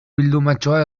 bildumatxoa